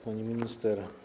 Pani Minister!